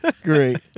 Great